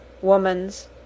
womans